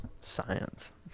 Science